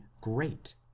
great